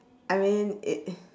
I mean it